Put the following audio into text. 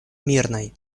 мирной